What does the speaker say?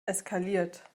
eskaliert